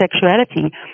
sexuality